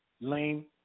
lame